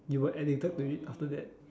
you were addicted to it after that